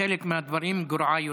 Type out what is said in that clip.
בחלק מהדברים גרועה יותר.